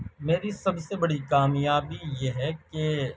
میری سب سے بڑی کامیابی یہ ہے کہ